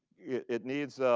it needs